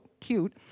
cute